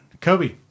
kobe